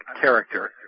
character